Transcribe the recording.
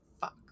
fuck